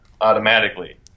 automatically